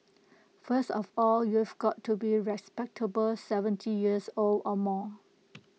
first of all you've got to be respectable seventy years old or more